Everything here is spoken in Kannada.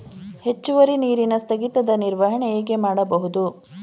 ಹೆಚ್ಚುವರಿ ನೀರಿನ ಸ್ಥಗಿತದ ನಿರ್ವಹಣೆ ಹೇಗೆ ಮಾಡಬಹುದು?